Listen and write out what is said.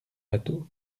bateau